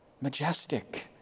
Majestic